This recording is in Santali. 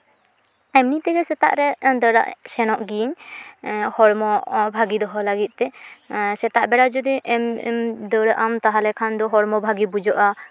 ᱮᱢᱱᱤ ᱛᱮᱜᱮ ᱥᱮᱛᱟᱜ ᱨᱮ ᱫᱟᱹᱲᱟᱜ ᱥᱮᱱᱚᱜ ᱜᱤᱭᱟᱹᱧ ᱦᱚᱲᱢᱚ ᱵᱷᱟ ᱜᱤ ᱫᱚᱦᱚ ᱞᱟᱹᱜᱤᱫ ᱛᱮ ᱥᱮᱛᱟᱜ ᱵᱮᱲᱟ ᱡᱩᱫᱤ ᱫᱟᱹᱲᱟᱜᱼᱟᱢ ᱛᱟᱦᱞᱮ ᱠᱷᱟᱱ ᱫᱚ ᱦᱚᱲᱢᱚ ᱵᱷᱟᱜᱮ ᱵᱩᱡᱷᱟᱹᱜᱼᱟ